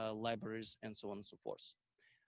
ah libraries, and so on so forth.